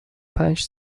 پنج